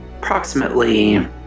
approximately